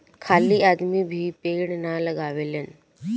खाली आदमी भी पेड़ ना लगावेलेन